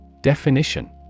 Definition